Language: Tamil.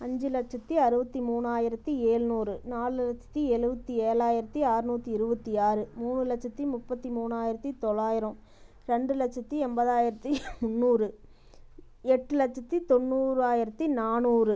அஞ்சு லட்சத்தி அறுபத்தி மூணாயிரத்தி ஏழ்நூறு நாலு லட்சத்தி எழுபத்தி ஏழாயிரத்தி அற்நூத்தி இருபத்தி ஆறு மூணு லட்சத்தி முப்பத்தி மூணாயிரத்தி தொள்ளாயிரம் ரெண்டு லட்சத்தி எண்பதாயிரத்தி முன்னூறு எட்டு லட்சத்தி தொண்ணூறாயிரத்தி நானூறு